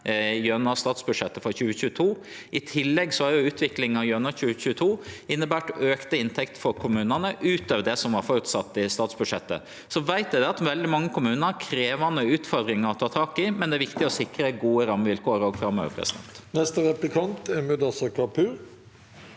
gjennom statsbudsjettet for 2022. I tillegg har utviklinga gjennom 2022 innebore auka inntekter for kommunane ut over det som var venta i statsbudsjettet. Eg veit at veldig mange kommunar har krevjande utfordringar å ta tak i, men det er viktig å sikre gode rammevilkår òg framover. Mudassar Kapur